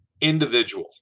individual